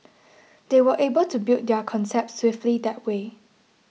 they were able to build their concept swiftly that way